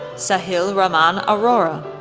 sahil raman arora,